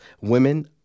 Women